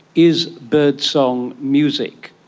is birdsong music?